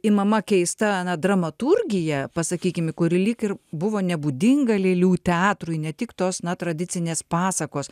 imama keista na dramaturgija pasakykim kuri lyg ir buvo nebūdinga lėlių teatrui ne tik tos na tradicinės pasakos